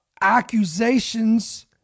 accusations